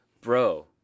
Bro